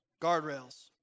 Guardrails